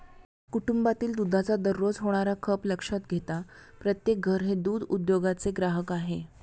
कुटुंबातील दुधाचा दररोज होणारा खप लक्षात घेता प्रत्येक घर हे दूध उद्योगाचे ग्राहक आहे